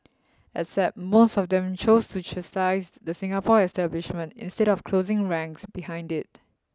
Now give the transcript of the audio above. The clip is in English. except most of them chose to chastise the Singapore establishment instead of closing ranks behind it